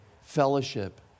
fellowship